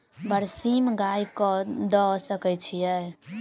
बरसीम गाय कऽ दऽ सकय छीयै?